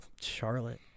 Charlotte